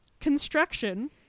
construction